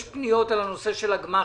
יש גם פניות על הנושא של הגמ"חים,